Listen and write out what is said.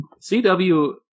CW